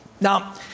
Now